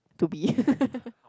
to be